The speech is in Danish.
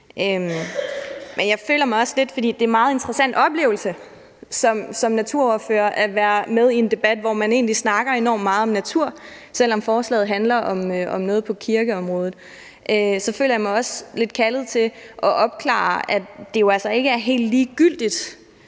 en meget interessant oplevelse som naturordfører at være med i en debat, hvor man egentlig snakker enormt meget om natur, selv om forslaget handler om noget på kirkeområdet, så føler jeg mig også lidt kaldet til at opklare, at det jo altså ikke er helt ligegyldigt,